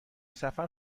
سفر